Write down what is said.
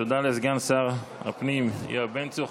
תודה לסגן שר הפנים, יואב בן צור.